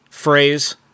Phrase